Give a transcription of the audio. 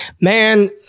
man